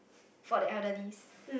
for the elderlies